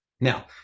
Now